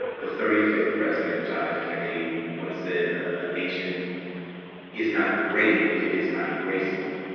the thirty fifth president, john f. kennedy once said, a nation is not great if it is not graceful.